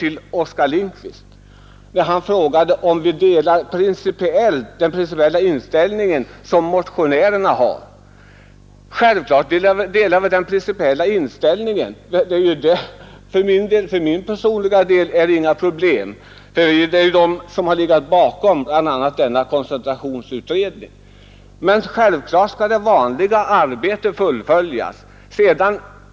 Herr Oskar Lindkvist frågade om vi delar motionärernas principiella inställning. Självklart gör vi det. För min personliga del är det inget problem. Det är ju den inställningen som har legat bakom bl.a. denna koncentrationsutredning. Men självklart skall det sedvanliga arbetet fullföljas.